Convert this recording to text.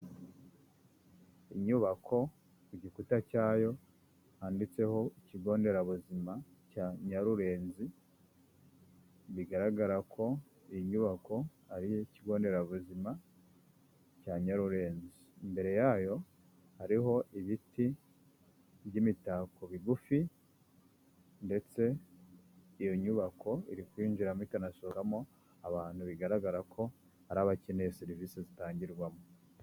Inyubako ku gikuta cyayo handitseho ikigo nderabuzima cya Nyarurenzi, bigaragara ko iyi nyubako ari iyi ikigo nderabuzima cya Nyarurenzi. Imbere yayo hariho ibiti by'imitako bigufi ndetse iyo nyubako iri kwinjiramo ikanasuramo abantu, bigaragara ko ari abakeneye serivisi zitangirwamo.